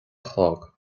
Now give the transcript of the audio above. chlog